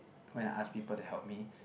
when I asked people to help me